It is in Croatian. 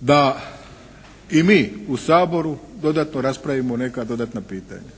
da i mi u Saboru dodatno raspravimo neka dodatna pitanja.